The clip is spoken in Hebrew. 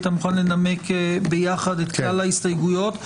ומוכן לנמק ביחד את כלל ההסתייגויות.